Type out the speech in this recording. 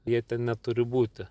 jie ten neturi būti